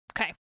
Okay